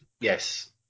yes